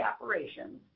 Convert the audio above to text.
operations